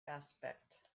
aspect